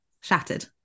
shattered